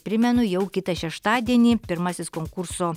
primenu jau kitą šeštadienį pirmasis konkurso